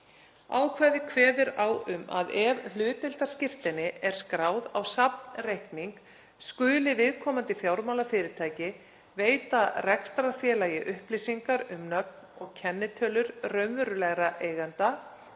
Ákvæðið kveður á um að ef hlutdeildarskírteini er skráð á safnreikning skuli viðkomandi fjármálafyrirtæki veita rekstrarfélagi upplýsingar um nöfn og kennitölur raunverulegra eigenda,